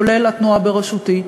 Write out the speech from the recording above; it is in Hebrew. כולל התנועה בראשותי,